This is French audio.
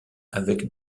avec